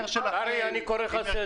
בהסדר שלכם -- קרעי, אני קורא לך לסדר.